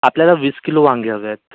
आपल्याला वीस किलो वांगे हवे आहेत